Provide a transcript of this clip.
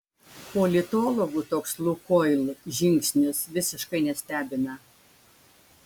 politologų toks lukoil žingsnis visiškai nestebina